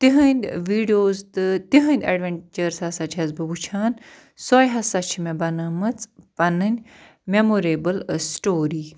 تِہنٛد ویٖڈیوز تہٕ تِہنٛدۍ ایڈوٮ۪نچٲرٕس ہَسا چھَس بہٕ وٕچھان سۄے ہَسا چھِ مےٚ بَنٲومٕژ پَنٕنۍ مٮ۪موریبٕل سٹوری